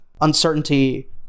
uncertainty